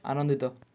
ଆନନ୍ଦିତ